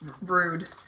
Rude